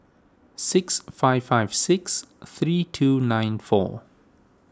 six five five six three two nine four